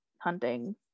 hunting